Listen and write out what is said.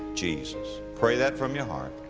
jesus. pray that from your heart.